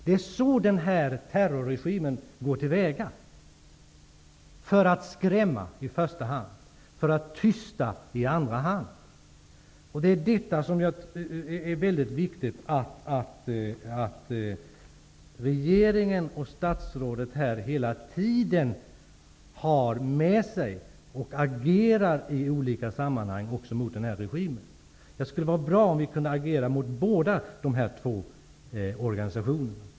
Det är så denna terrorregim går till väga för att i första hand skrämma och i andra hand tysta. Det är mycket viktigt att regeringen och statsrådet hela tiden är medvetna om detta och agerar i olika sammanhang mot denna regim. Det skulle vara bra om vi kunde agera mot båda dessa två aktörer.